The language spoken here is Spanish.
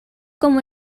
como